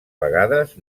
vegades